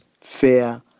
fair